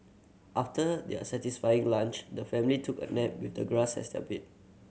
after their satisfying lunch the family took a nap with the grass as their bed